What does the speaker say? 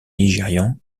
nigérian